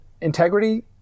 integrity